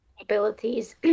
abilities